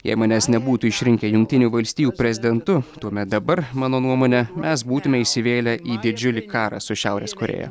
jei manęs nebūtų išrinkę jungtinių valstijų prezidentu tuomet dabar mano nuomone mes būtume įsivėlę į didžiulį karą su šiaurės korėja